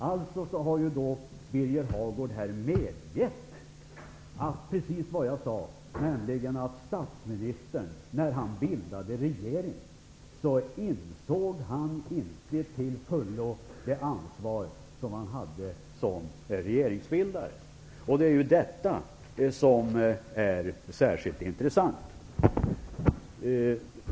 Alltså har Birger Hagård här medgivit precis det jag sade, nämligen att statsministern vid regeringsbildningen inte till fullo insåg det ansvar som han hade som regeringsbildare. Det är detta som är särskilt intressant.